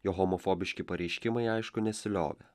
jo homofobiški pareiškimai aišku nesiliovė